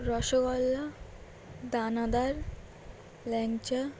rasgulla danadar ল্যাংচা